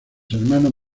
hermanos